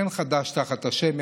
אין חדש תחת השמש.